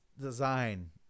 design